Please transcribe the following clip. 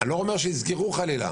אני לא אומר שיסגרו חלילה.